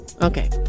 Okay